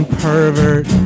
pervert